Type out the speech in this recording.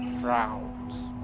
frowns